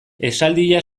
esaldia